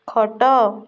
ଖଟ